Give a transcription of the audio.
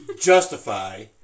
justify